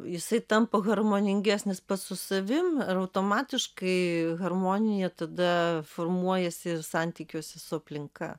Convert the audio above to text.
jisai tampa harmoningesnis pats su savim ir automatiškai harmonija tada formuojasi ir santykiuose su aplinka